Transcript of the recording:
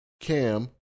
Cam